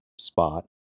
spot